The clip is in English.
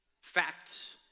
facts